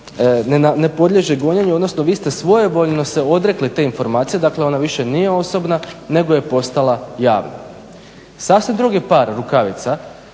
ne podliježe gonjenju odnosno vi ste svojevoljno se odrekli te informacije. Dakle, ona više nije osobna nego je postala javna. Sasvim drugi par rukavica